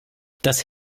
das